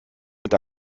mit